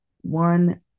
one